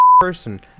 person